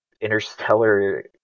interstellar